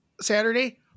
Saturday